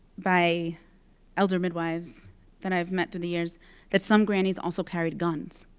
by elder midwives that i've met through the years that some grannies also carried guns,